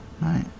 Right